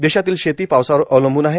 देशातील शेती पावसावर अवलंबून आहे